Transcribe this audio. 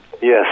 Yes